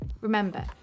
Remember